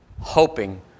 hoping